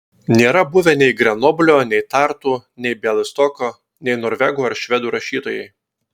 nėra buvę nei grenoblio nei tartu nei bialystoko nei norvegų ar švedų rašytojai